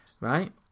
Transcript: right